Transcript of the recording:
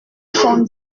son